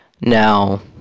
Now